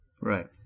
Right